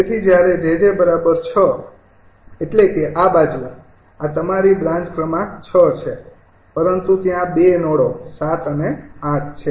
તેથી જ્યારે 𝑗𝑗૬ એટલે કે આ બાજુ આ તમારી બ્રાન્ચ ક્રમાંક ૬ છે પરંતુ ત્યાં ૨ નોડો ૭ અને ૮ છે